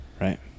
Right